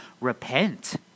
repent